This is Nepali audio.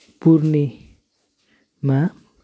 पूर्णेमा